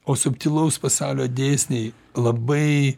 o subtilaus pasaulio dėsniai labai